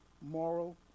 Moral